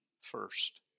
first